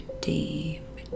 deep